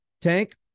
Tank